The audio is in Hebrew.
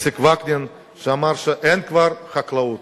איציק וקנין, שאמר שאין כבר חקלאות.